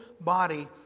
body